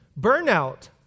Burnout